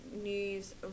news